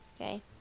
Okay